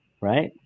right